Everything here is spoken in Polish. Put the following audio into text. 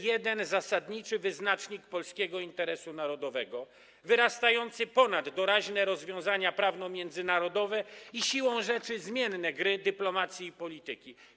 Jest jeden zasadniczy wyznacznik polskiego interesu narodowego, wyrastający ponad doraźne rozwiązania prawnomiędzynarodowe i siłą rzeczy zmienne gry dyplomacji i polityki.